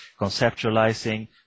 conceptualizing